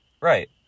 right